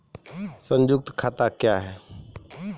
संयुक्त खाता क्या हैं?